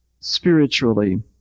spiritually